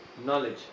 knowledge